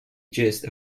gist